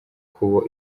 kubo